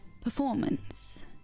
performance